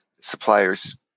suppliers